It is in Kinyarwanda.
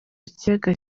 kiyaga